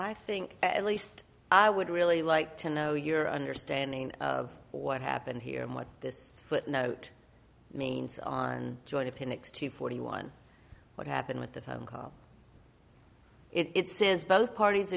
i think at least i would really like to know your understanding of what happened here and what this footnote means on joy depicts two forty one what happened with the phone call it says both parties